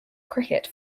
cricket